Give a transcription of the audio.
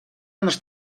нарт